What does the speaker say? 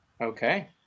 Okay